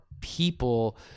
people